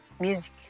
music